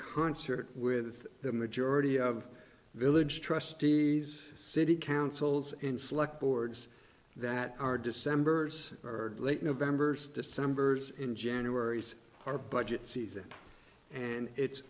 concert with the majority of village trustees city councils and select boards that are december's or late november still some birds in january's our budget season and it's